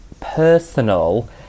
personal